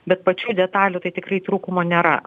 bet pačių detalių tai tikrai trūkumo nėra